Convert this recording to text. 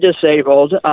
disabled